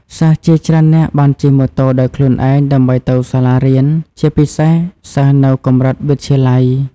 សិស្សជាច្រើននាក់បានជិះម៉ូតូដោយខ្លួនឯងដើម្បីទៅសាលារៀន ជាពិសេសសិស្សនៅកម្រិតវិទ្យាល័យ។